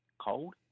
cold